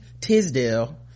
Tisdale